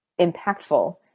impactful